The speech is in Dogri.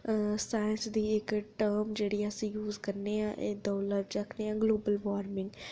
साईंस दी इक्क टर्म जेह्ड़ी अस यूज़ करने आं ओह् ऐ ग्लोबल वार्मिंग